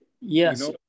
Yes